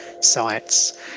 sites